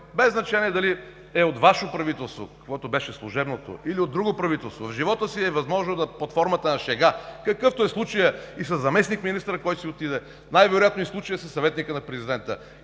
без значение дали е от Ваше правителство, каквото беше служебното, или от друго правителство, в живота си е възможно под формата на шега, какъвто е случаят и със заместник-министъра, който си отиде, най-вероятно и случая със съветника на президента,